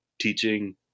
teaching